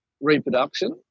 reproduction